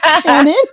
Shannon